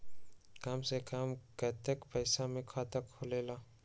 कम से कम कतेइक पैसा में खाता खुलेला?